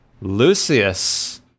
Lucius